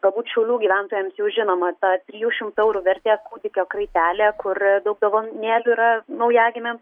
galbūt šiaulių gyventojams jau žinoma tą trijų šimtų eurų vertės kūdikio kraitelė kur daug dovanėlių yra naujagimiam